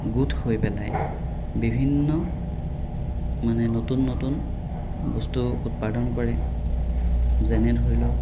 গোট হৈ পেলাই বিভিন্ন মানে নতুন নতুন বস্তু উৎপাদন কৰে যেনে ধৰি লওক